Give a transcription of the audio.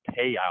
payout